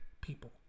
people